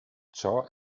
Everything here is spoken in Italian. ciò